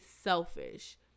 selfish